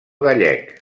gallec